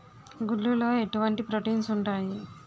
గుడ్లు లో ఎటువంటి ప్రోటీన్స్ ఉంటాయి?